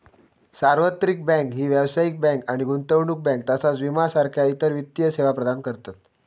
सार्वत्रिक बँक ही व्यावसायिक बँक आणि गुंतवणूक बँक तसाच विमा सारखा इतर वित्तीय सेवा प्रदान करतत